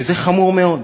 וזה חמור מאוד.